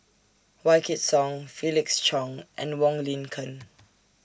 Wykidd Song Felix Cheong and Wong Lin Ken